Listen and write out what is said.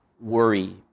worry